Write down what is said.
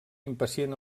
impacient